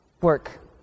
work